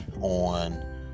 on